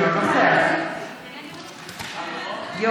הוא לא מקוזז, מקוזז.